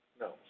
no